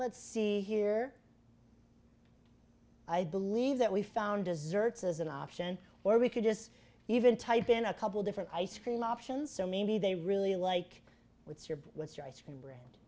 let's see here i believe that we found desserts as an option or we could just even type in a couple different ice cream options so maybe they really like what's your what's your ice cream